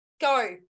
Go